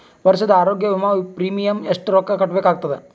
ವರ್ಷದ ಆರೋಗ್ಯ ವಿಮಾ ಪ್ರೀಮಿಯಂ ಎಷ್ಟ ರೊಕ್ಕ ಕಟ್ಟಬೇಕಾಗತದ?